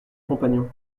compagnon